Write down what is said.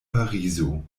parizo